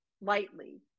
lightly